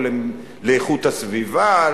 או לאיכות הסביבה,